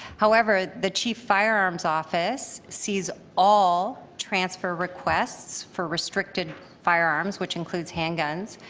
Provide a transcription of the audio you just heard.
however, the chief firearms office sees all transfer requests for restricted firearms which includes handguns.